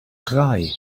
drei